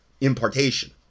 Impartation